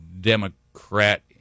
Democrat